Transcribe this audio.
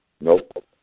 Nope